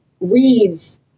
reads